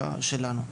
שלנו.